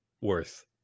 worth